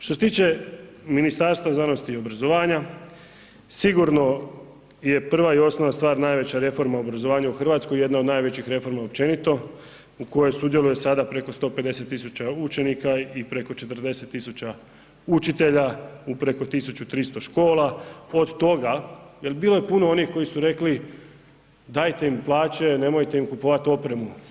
Što se tiče Ministarstva znanosti i obrazovanja, sigurno je prva i osnovna stvar najveća reforma obrazovanja u RH jedna od najvećih reforma općenito u kojoj sudjeluje sada preko 150 000 učenika i preko 40 000 učitelja u preko 1300 škola, od toga, jel bilo je puno onih koji su rekli dajte im plaće, nemojte im kupovat opremu.